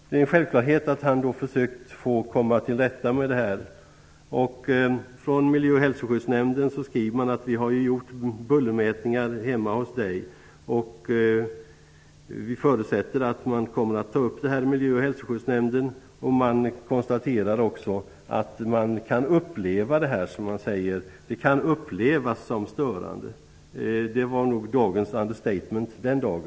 Det är en självklarhet att han har försökt komma till rätta med detta buller. Från miljö och hälsoskyddsnämnden skriver man: Vi har ju gjort bullermätningar hemma hos dig, och vi förutsätter att det här kommer att tas upp i miljöoch hälsoskyddsnämnden. Man konstaterar också att det här bullret ''kan upplevas som störande'' -- det var nog den dagens understatement.